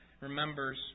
remembers